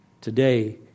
Today